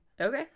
Okay